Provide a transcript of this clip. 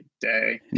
day